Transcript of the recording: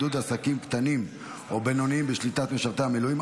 עידוד עסקים קטנים ובינוניים בשליטת משרתי מילואים),